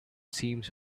seems